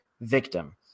victim